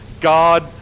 God